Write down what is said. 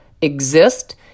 exist